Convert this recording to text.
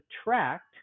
subtract